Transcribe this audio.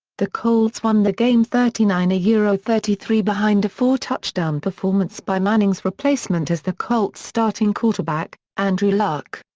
the colts won the game thirty nine yeah thirty three behind a four touchdown performance by manning's replacement as the colts starting quarterback, andrew luck.